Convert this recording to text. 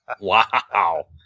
Wow